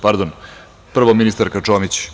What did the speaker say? Pardon, prvo ministarka Čomić.